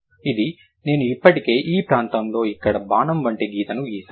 ఇది నేను ఇప్పటికే ఈ ప్రాంతంలో ఇక్కడ బాణం వంటి గీతని గీసాను